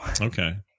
Okay